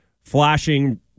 flashing